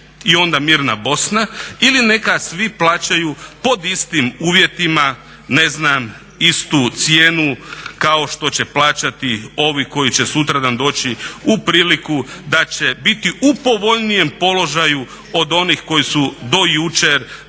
i onda mirna Bosna ili neka svi plaćaju pod istim uvjetima ne znam istu cijenu kao što će plaćati ovi koji će sutradan doći u priliku da će biti u povoljnijem položaju od onih koji su do jučer